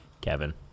kevin